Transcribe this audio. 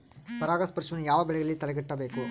ಪರಾಗಸ್ಪರ್ಶವನ್ನು ಯಾವ ಬೆಳೆಗಳಲ್ಲಿ ತಡೆಗಟ್ಟಬೇಕು?